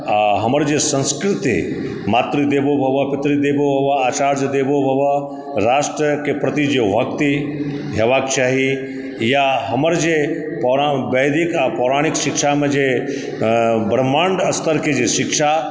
आओर हमर जे संस्कृति मातृदेवो भव पितृ देवो भव आचार्य देवो भव राष्ट्रके प्रति जे भक्ति हेबाक चाही या हमर जे वैदिक आओर पौराणिक शिक्षामे जे ब्रह्माण्ड स्तरके जे शिक्षा